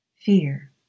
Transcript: Fear